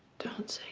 don't